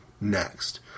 next